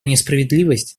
несправедливость